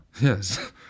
Yes